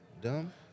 dumb